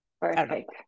Perfect